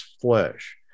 flesh